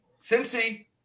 Cincy